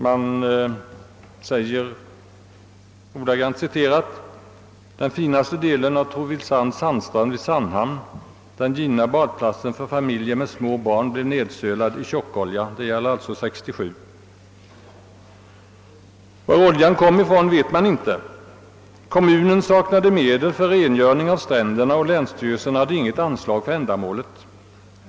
Där skrivs, vilket jag citerar: »Den finaste delen av Trovills sandstrand vid Sandhamn, den givna badplatsen för familjer med små barn, blev nedsölad av tjockolja.» Detta gäller alltså 1967. Man vet inte varifrån oljan kom. »Kommunen saknade medel för rengöring av stränderna och länsstyrelsen hade intet anslag för ändamålet.